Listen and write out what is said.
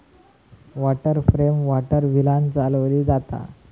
water frame water व्हीलांन चालवली जाता